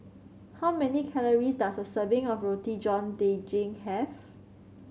how many calories does a serving of Roti John Daging have